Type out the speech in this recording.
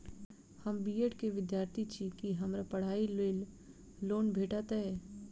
हम B Ed केँ विद्यार्थी छी, की हमरा पढ़ाई लेल लोन भेटतय?